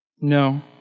No